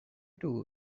two